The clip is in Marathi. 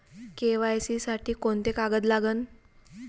के.वाय.सी साठी कोंते कागद लागन?